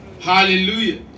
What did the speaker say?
Hallelujah